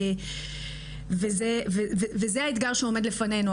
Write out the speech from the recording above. זה האתגר שעומד לפנינו.